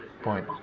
point